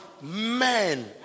men